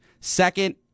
second